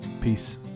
Peace